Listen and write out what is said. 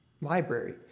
library